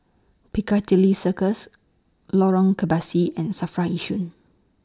Piccadilly Circus Lorong Kebasi and SAFRA Yishun